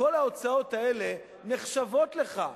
כל ההוצאות האלה נחשבות לך,